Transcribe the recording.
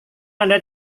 anda